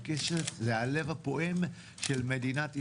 זה הלב הפועם של מדינת ישראל.